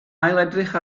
ailedrych